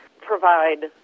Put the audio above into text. provide